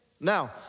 Now